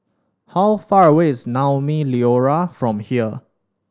how far away is Naumi Liora from here